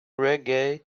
reggae